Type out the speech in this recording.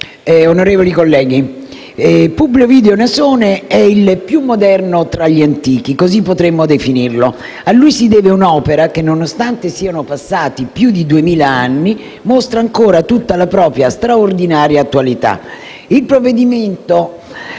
onorevoli colleghi, Publio Ovidio Nasone è il più moderno tra gli antichi, così potremmo definirlo. A lui si deve un'opera che, nonostante siano passati più di duemila anni, mostra ancora tutta la propria straordinaria attualità. Il provvedimento